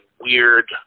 weird